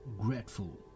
grateful